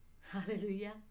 Hallelujah